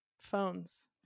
phones